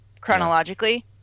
chronologically